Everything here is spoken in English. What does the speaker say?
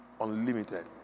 unlimited